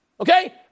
okay